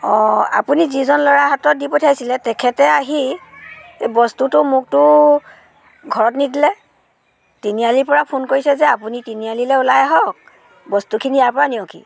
অঁ আপুনি যিজন ল'ৰৰ হাতত দি পঠিয়াইছিলে তেখেতে আহি বস্তুটো মোকতো ঘৰত নিদিলে তিনিআলিৰ পৰা ফোন কৰিছে যে আপুনি তিনিআলিলৈ ওলাই আহক বস্তুখিনি ইয়াৰ পৰা নিয়কহি